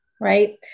Right